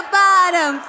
bottom